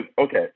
okay